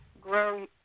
grow